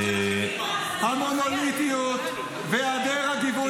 יורים עכשיו --- המונוליטיות והיעדר הגיוון